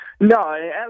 No